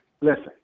listen